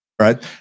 right